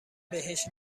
بهش